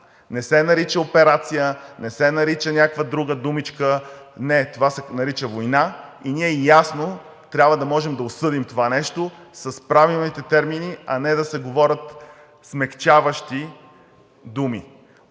Не се нарича операция, не се нарича някаква друга думичка – не, това се нарича война и ние ясно трябва да можем да осъдим това нещо с правилните термини, а не да се говорят смекчаващи думи.